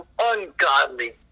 ungodly